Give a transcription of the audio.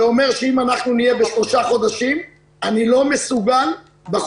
בעיר קטנה כזאת של 40,000 תושבים זה